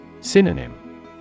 Synonym